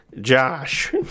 Josh